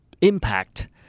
impact